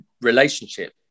relationship